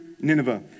Nineveh